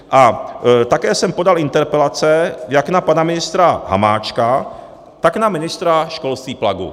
A také jsem podal interpelace jak na pana ministra Hamáčka, tak na ministra školství Plagu.